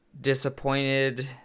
disappointed